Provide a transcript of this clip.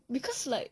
because like